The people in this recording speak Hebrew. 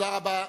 תודה רבה.